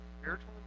spiritual